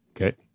Okay